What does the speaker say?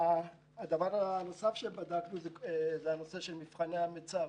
דבר נוסף שבדקנו הוא נושא מבחני המיצ"ב.